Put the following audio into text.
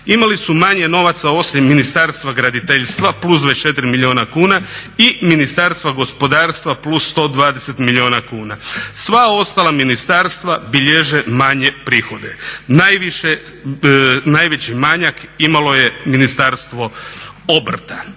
imali su manje novaca osim Ministarstva graditeljstva +24 milijuna kuna i Ministarstva gospodarstva +120 milijuna kuna. Sva ostala ministarstva bilježe manje prihoda. Najviše, najveći manjak imalo je Ministarstvo obrta.